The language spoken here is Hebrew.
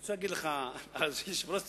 אני רוצה להגיד לך, היושב-ראש צוחק,